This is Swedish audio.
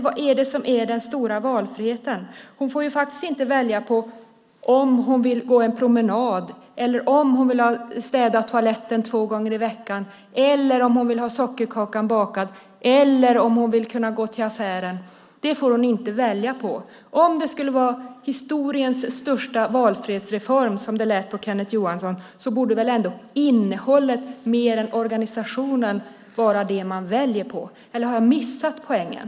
Vad är det som är den stora valfriheten? Hon får inte välja om hon vill gå en promenad, om hon vill ha toaletten städad två gånger i veckan, om hon vill ha sockerkakan bakad eller om hon vill gå till affären. Det får hon inte välja på. Om det skulle vara historiens största valfrihetsreform, som det lät på Kenneth Johansson, borde det väl ändå vara innehållet mer än organisationen man väljer på? Eller har jag missat poängen?